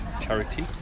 charity